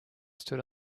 stood